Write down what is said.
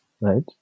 right